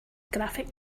graphic